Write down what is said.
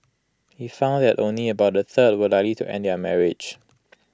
he found that only about A third were likely to end their marriage